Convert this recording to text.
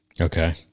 Okay